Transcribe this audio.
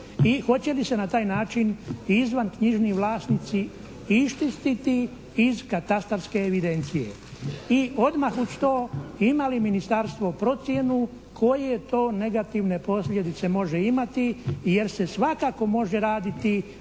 i hoće li se na taj način i izvanknjižni vlasnici iščistiti iz katastarske evidencije. I odmah uz to, ima li ministarstvo procjenu koje to negativne posljedice može imati jer se svakako može raditi o